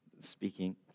speaking